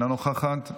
אינה נוכחת,